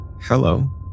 hello